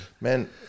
Man